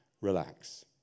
Relax